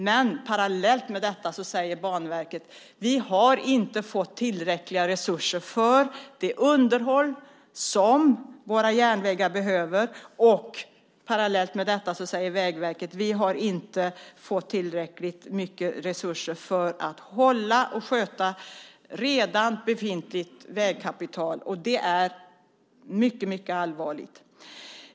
Men parallellt med detta säger Banverket: Vi har inte fått tillräckliga resurser för det underhåll som våra järnvägar behöver. Parallellt med detta säger Vägverket: Vi har inte fått tillräckligt mycket resurser för att hålla och sköta redan befintligt vägkapital. Och det är mycket allvarligt.